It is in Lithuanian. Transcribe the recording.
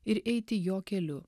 ir eiti jo keliu